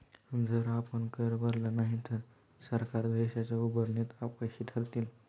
जर आपण कर भरला नाही तर सरकार देशाच्या उभारणीत अपयशी ठरतील